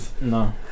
No